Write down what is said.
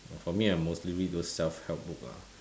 for me I mostly read those self-help book lah